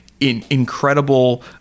incredible